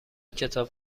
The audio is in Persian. کتاب